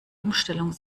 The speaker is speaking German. umstellung